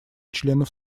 членов